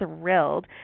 thrilled